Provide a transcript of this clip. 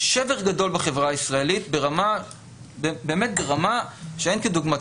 שבר גדול בחברה הישראלית ברמה שאין כדוגמתה.